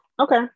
Okay